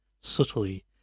subtly